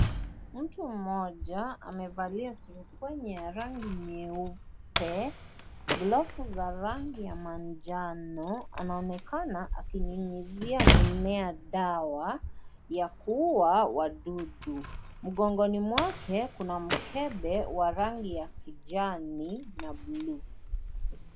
Mtu mmoja amevalia zurubwenye ya rangi nyeupe, glovu za rangi ya manjano anaonekana akinyunyizia mimea dawa ya kuua wadudu. Mgongoni mwake, kuna mkebe wa rangi ya kijani na bluu.